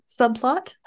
subplot